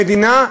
במדינה,